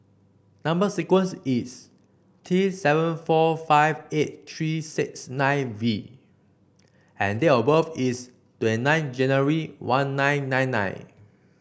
number sequence is T seven four five eight three six nine V and date of birth is twenty nine January one nine nine nine